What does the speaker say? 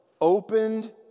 opened